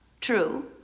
True